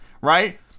right